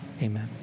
amen